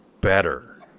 better